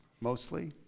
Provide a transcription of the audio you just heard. mostly